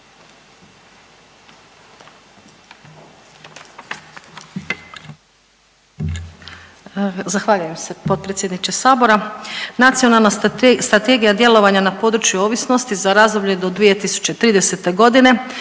Zahvaljujem se potpredsjedniče Sabora. Nacionalna strategija djelovanja na području ovisnosti za razdoblje do 2030. godine